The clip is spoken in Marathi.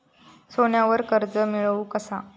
सोन्यावर कर्ज मिळवू कसा?